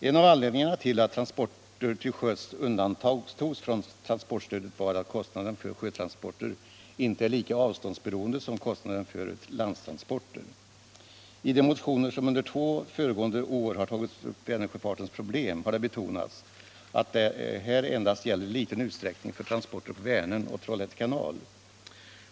En av anledningarna till att transporter till sjöss undantogs från transportstödet var att kostnaden för sjötransporter inte är lika avståndsberoende som kostnaden för landtransporter. I de motioner som under två föregående år har tagit upp Vänersjöfartens problem har det betonats att detta endast gäller i liten utsträckning för transporter på Vänern och Trollhätte kanal.